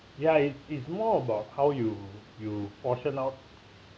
ya it it's more about how you you portion out